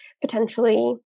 potentially